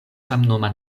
samnoma